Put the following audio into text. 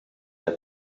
der